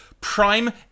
Prime